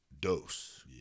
dose